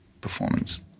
performance